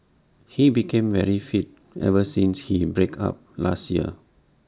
he became very fit ever since his break up last year